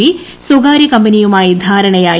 B സ്വകാര്യ കമ്പനിയുമായി ധാരണയായി